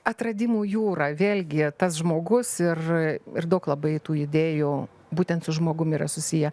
atradimų jūra vėlgi tas žmogus ir ir daug labai tų idėjų būtent su žmogumi yra susiję